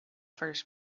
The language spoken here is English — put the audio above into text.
first